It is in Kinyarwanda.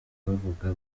bavuga